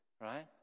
Right